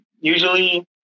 usually